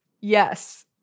Yes